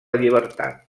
llibertat